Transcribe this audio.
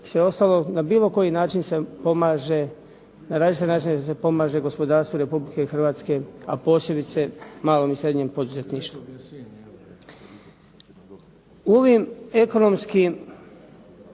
sve ostalo na bilo koji način se pomaže, na različite načine se pomaže gospodarstvu Republike Hrvatske a posebice malom i srednjem poduzetništvu. U ovim ekonomskim